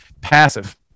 passive